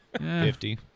Fifty